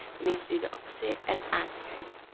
we need to do the opposite and add ten